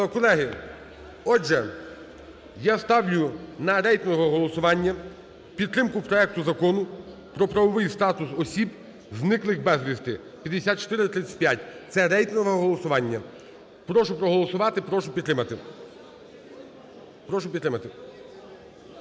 Колеги, отже, я ставлю на рейтингове голосування підтримку проекту Закону про правовий статус осіб, зниклих безвісті (5435). Це рейтингове голосування. Прошу проголосувати, прошу підтримати,